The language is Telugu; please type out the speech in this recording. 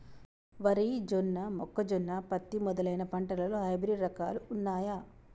వరి జొన్న మొక్కజొన్న పత్తి మొదలైన పంటలలో హైబ్రిడ్ రకాలు ఉన్నయా?